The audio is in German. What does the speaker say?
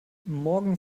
morgen